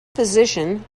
physician